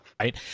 Right